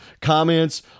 comments